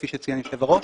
כפי שציין יושב הראש,